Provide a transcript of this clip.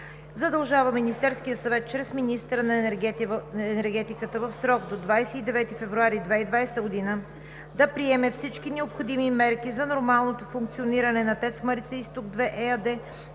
„Задължава Министерския съвет чрез министъра на енергетиката в срок до 29 февруари 2020 г. да приеме всички необходими мерки за нормалното функциониране на „ТЕЦ Марица изток 2“ ЕАД,